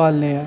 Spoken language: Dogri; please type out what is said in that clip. पालने आं